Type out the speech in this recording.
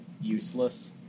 useless